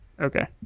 Okay